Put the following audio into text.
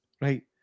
Right